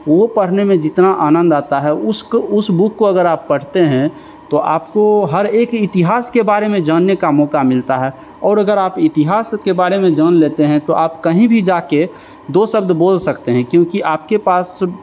वो पढ़ने में जितना आनंद आता है उसको उस बुक को अगर आप पढ़ते हैं तो आपको हर एक ही इतिहास के बारे में जानने का मौका मिलता है और अगर आप इतिहास के बारे में जान लेते हैं तो आप कहीं भी जा के दो शब्द बोल सकते हैं क्योंकि आपके पास